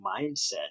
mindset